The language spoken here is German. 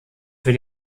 für